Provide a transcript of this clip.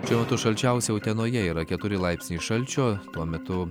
šiuo metu šalčiausia utenoje yra keturi laipsniai šalčio tuo metu